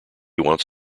wants